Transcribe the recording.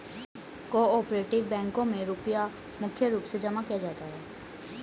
को आपरेटिव बैंकों मे रुपया मुख्य रूप से जमा किया जाता है